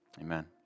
Amen